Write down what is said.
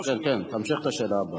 כן, תמשיך את השאלה הבאה.